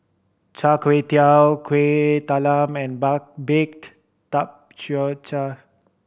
Char Kway Teow Kuih Talam and baked